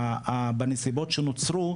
בנסיבות שנוצרו,